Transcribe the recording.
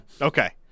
Okay